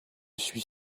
suis